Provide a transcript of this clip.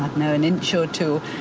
you know an inch or two,